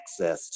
accessed